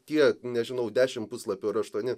tie nežinau dešim puslapių ar aštuoni